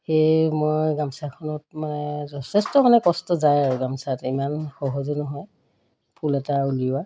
সেয়ে মই গামোচাখনত মানে যথেষ্ট মানে কষ্ট যায় আৰু গামোচাত ইমান সহজো নহয় ফুল এটা উলিওৱা